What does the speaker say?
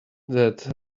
that